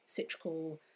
citrical